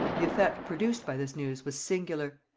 the effect produced by this news was singular.